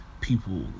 people